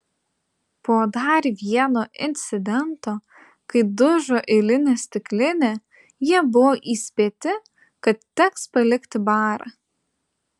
po dar vieno incidento kai dužo eilinė stiklinė jie buvo įspėti kad teks palikti barą